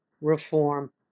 reform